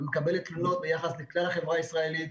ומקבלת תלונות ביחס לכלל החברה הישראלית.